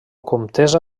comtessa